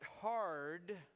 hard